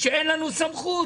שאין לנו סמכות